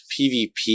PvP